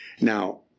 Now